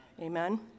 Amen